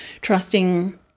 trusting